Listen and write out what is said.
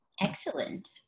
Excellent